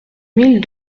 mille